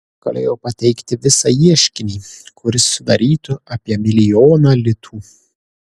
galėjau pateikti visą ieškinį kuris sudarytų apie milijoną litų